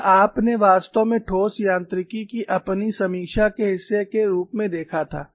यह आपने वास्तव में ठोस यांत्रिकी की अपनी समीक्षा के हिस्से के रूप में देखा था